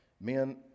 Men